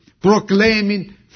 proclaiming